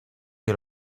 que